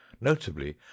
notably